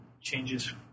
changes